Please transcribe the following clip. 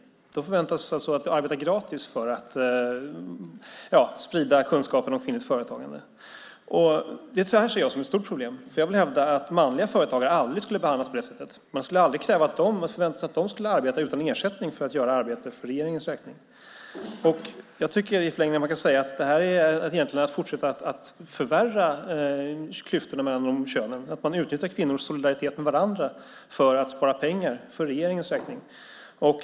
De förväntas alltså arbeta gratis för att sprida kunskapen om kvinnligt företagande. Jag ser det som ett stort problem. Jag hävdar att manliga företagare aldrig skulle behandlas på det sättet. Man skulle aldrig förvänta sig att de skulle arbeta utan ersättning för att utföra arbete för regeringens räkning. Jag tycker att man i förlängningen kan säga att här är att förvärra klyftorna mellan könen. Man utnyttjar kvinnors solidaritet med varandra för att spara pengar för regeringens räkning.